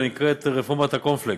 הנקראת רפורמת הקורנפלקס,